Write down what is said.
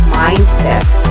mindset